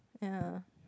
ya